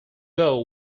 know